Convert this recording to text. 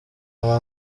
mama